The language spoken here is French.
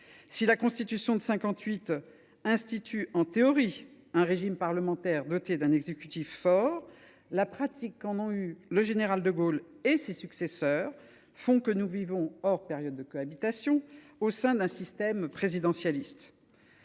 Si la Constitution de 1958 institue, en théorie, un régime parlementaire doté d’un exécutif fort, la pratique qu’en ont eu le général de Gaulle et ses successeurs fait que nous vivons, hors périodes de cohabitation, au sein d’un système présidentialiste.